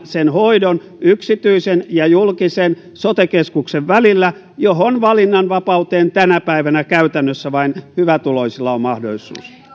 hoidon yksityisen ja julkisen sote keskuksen välillä ja sellaiseen valinnanvapauteen tänä päivänä käytännössä vain hyvätuloisilla on mahdollisuus